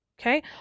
Okay